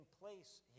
place